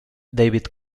david